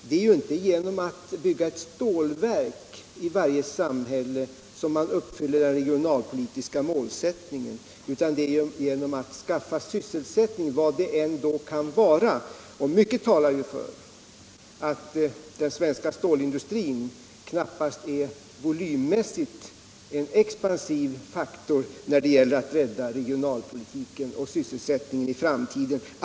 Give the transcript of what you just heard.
Det är ju inte Nr 43 genom att bygga ett stålverk i varje samhälle som man uppfyller den Fredagen den det än kan vara. Mycket talar ju för att den svenska stålindustrin knappast = är volymmässigt en expansiv faktor när det gäller att rädda regional Om åtgärder för att politiken och sysselsättningen i framtiden.